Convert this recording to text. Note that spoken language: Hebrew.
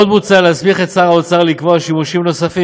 עוד מוצע להסמיך את שר האוצר לקבוע שימושים נוספים